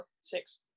Six